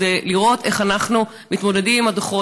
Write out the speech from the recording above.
כדי לראות איך אנחנו מתמודדים עם הדוחות,